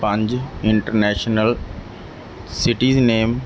ਪੰਜ international cities ਨੇਮ